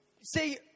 See